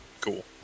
Cool